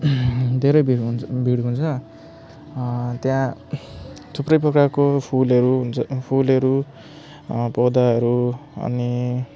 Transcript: धेरै भिड हुन्छ भिड हुन्छ त्यहाँ थुप्रै प्रकारको फुलहरू हुन्छ फुलहरू पौधाहरू अनि